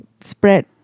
spread